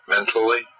Mentally